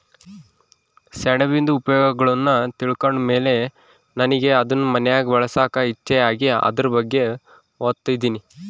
ಸೆಣಬಿಂದು ಉಪಯೋಗಗುಳ್ನ ತಿಳ್ಕಂಡ್ ಮೇಲೆ ನನಿಗೆ ಅದುನ್ ಮನ್ಯಾಗ್ ಬೆಳ್ಸಾಕ ಇಚ್ಚೆ ಆಗಿ ಅದುರ್ ಬಗ್ಗೆ ಓದ್ತದಿನಿ